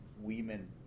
women